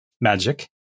magic